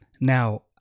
Now